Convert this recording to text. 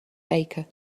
baker